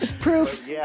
Proof